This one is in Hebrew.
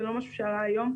זה לא משהו שעלה היום,